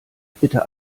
bitte